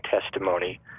testimony